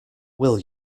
will